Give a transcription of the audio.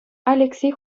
алексей